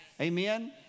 Amen